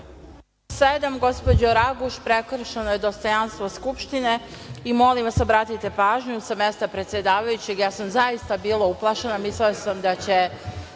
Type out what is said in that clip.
107, gospođo Raguš, prekršeno je dostojanstvo Skupštine. Molim vas obratite pažnju sa mesta predsedavajućeg, ja sam zaista bila uplašena, mislila sam da će